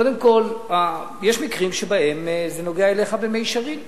קודם כול, יש מקרים שבהם זה נוגע אליך במישרין,